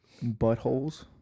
buttholes